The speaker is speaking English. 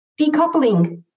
decoupling